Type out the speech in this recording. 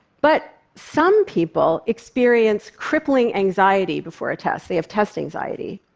but some people experience crippling anxiety before a test. they have test anxiety.